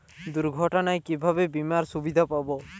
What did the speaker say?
দুর্ঘটনায় কিভাবে বিমার সুবিধা পাব?